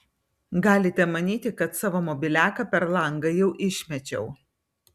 galite manyti kad savo mobiliaką per langą jau išmečiau